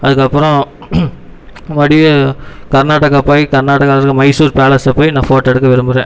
அதற்கப்புறம் வடிவேலு கர்நாடக்கா போய் கர்நாட்டகாவில இருக்க மைசூர் பேலஸில் போய் நான் போட்டோ எடுக்க விரும்புகிறேன்